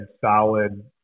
solid